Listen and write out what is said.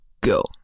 go